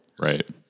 Right